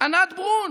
ענת ברון